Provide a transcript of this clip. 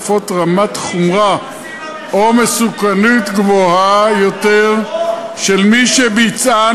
משקפות רמת חומרה או מסוכנות גבוהה יותר של מי שביצען